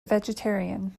vegetarian